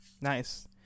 nice